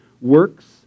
works